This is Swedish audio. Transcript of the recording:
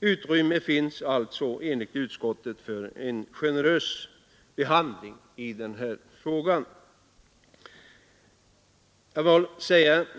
Utrymme finns alltså enligt utskottet för en generös behandling i denna fråga.